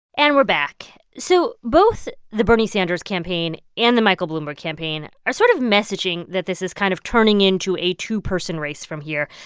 and we're back. so both the bernie sanders campaign and the michael bloomberg campaign are sort of messaging that this is kind of turning into a two-person race from here.